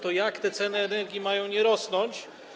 To jak ceny energii mają nie rosnąć?